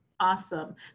awesome